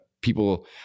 people